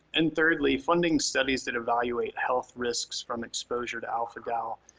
and thirdly, funding studies that evaluate health risks from exposure to alpha-gal.